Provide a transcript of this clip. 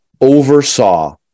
oversaw